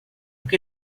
que